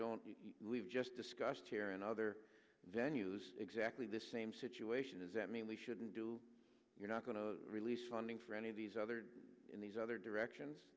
don't leave just discussed here and other then use exactly the same situation is that mean we shouldn't do you're not going to release funding for any of these other in these other directions